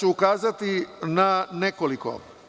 Ukazaću na nekoliko.